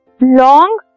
long